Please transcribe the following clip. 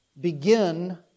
Begin